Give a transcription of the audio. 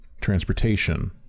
transportation